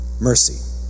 mercy